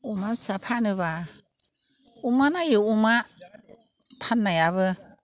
अमा फिसा फानोब्ला अमा नायै अमा फाननायाबो